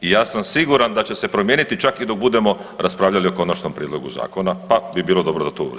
I ja sam siguran da će se promijeniti čak i dok budemo raspravljali o Konačnom prijedlogu zakona, pa bi bilo dobro da to